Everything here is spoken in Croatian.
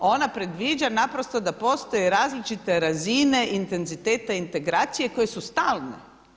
Ona predviđa naprosto da postoje različite razine intenziteta integracije koje su stalne.